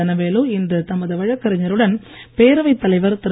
தனவேலு இன்று தமது வழக்கறிஞருடன் பேரவைத் தலைவர் திரு